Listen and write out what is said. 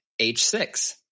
H6